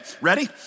Ready